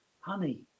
honey